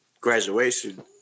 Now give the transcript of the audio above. graduation